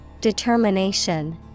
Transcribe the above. Determination